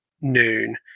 noon